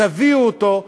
תביאו אותו,